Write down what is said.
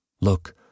Look